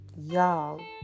Y'all